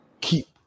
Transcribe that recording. keep